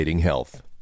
health